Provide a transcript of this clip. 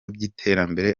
by’iterambere